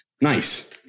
nice